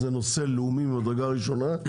זה נושא לאומי ממדרגה ראשונה,